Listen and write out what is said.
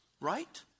right